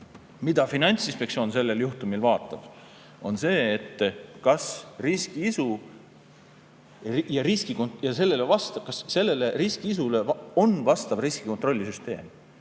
Mida Finantsinspektsioon selle juhtumi puhul vaatab, on see, kas sellele riskiisule on vastav riskikontrollisüsteem.